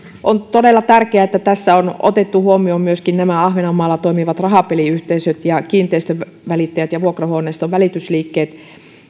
on todella tärkeää että tässä on otettu huomioon myöskin ahvenanmaalla toimivat rahapeliyhteisöt ja kiinteistönvälittäjät ja vuokrahuoneistojen välitysliikkeet